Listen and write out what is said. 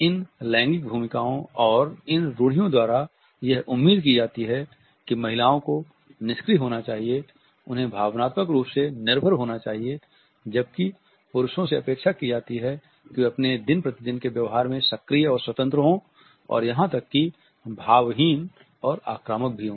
इन लैंगिक भूमिकाओं और इन रूढ़ियों द्वारा यह उम्मीद की जाती है कि महिलाओं को निष्क्रिय होना चाहिए उन्हें भावनात्मक रूप से निर्भर होना चाहिए जबकि पुरुषों से अपेक्षा की जाती है कि वे अपने दिन प्रतिदिन के व्यवहार में सक्रिय और स्वतंत्र हों और यहां तक कि भावहीन और आक्रामक भी हों